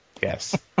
Yes